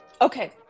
okay